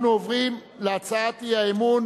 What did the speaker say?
אנחנו עוברים להצעת האי-אמון